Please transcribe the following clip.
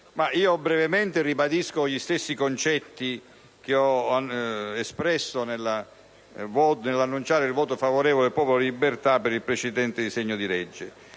Presidente, ribadisco gli stessi concetti che ho espresso nell'annunciare il voto favorevole del Popolo della Libertà per il precedente disegno di legge.